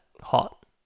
hot